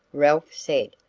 ralph said,